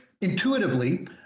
intuitively